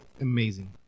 amazing